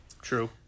True